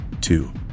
Two